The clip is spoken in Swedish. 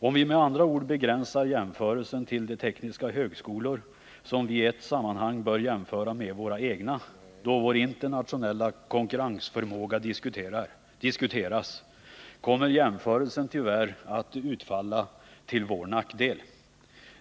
Om vi med andra ord begränsar jämförelsen till de tekniska högskolor som vi i ett sammanhang bör jämföra med våra egna då vår internationella konkurrensförmåga diskuteras, kommer jämförelsen tyvärr att utfalla till vår nackdel.